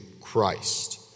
Christ